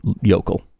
yokel